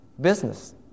business